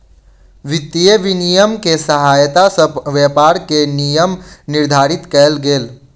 वित्तीय विनियम के सहायता सॅ व्यापार के नियम निर्धारित कयल गेल